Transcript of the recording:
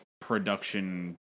production